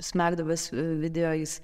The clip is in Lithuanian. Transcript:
smegduobės video jis